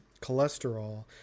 cholesterol